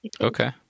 Okay